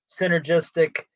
synergistic